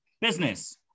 Business